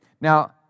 Now